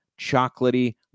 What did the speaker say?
chocolatey